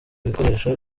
ibikoresho